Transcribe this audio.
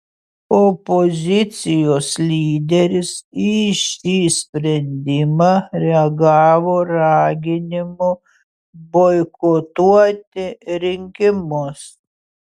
opozicijos lyderis į šį sprendimą reagavo raginimu boikotuoti rinkimus